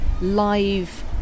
live